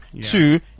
Two